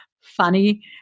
funny